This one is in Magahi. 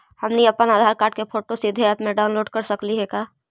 हमनी अप्पन आधार कार्ड के फोटो सीधे ऐप में अपलोड कर सकली हे का?